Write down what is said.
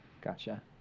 Gotcha